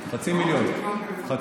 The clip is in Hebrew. חצי מיליון.